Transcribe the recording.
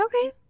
okay